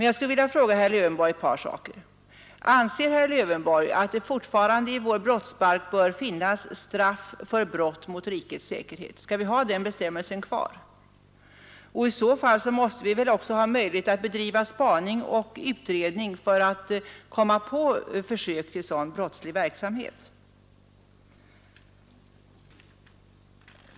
Jag vill fråga herr Lövenborg ett par saker. Anser herr Lövenborg att det fortfarande i vår brottsbalk bör finnas straff för brott mot rikets säkerhet? Skall vi ha den bestämmelsen kvar? I så fall måste vi väl också ha möjlighet att bedriva spaning och göra utredning för att komma på försök till sådan brottslig verksamhet?